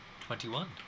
Twenty-one